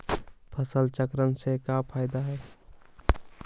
फसल चक्रण से का फ़ायदा हई?